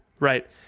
Right